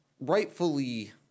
rightfully